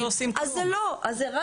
רז, זה לא.